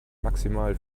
maximal